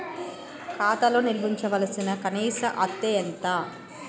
ఖాతా లో నిల్వుంచవలసిన కనీస అత్తే ఎంత?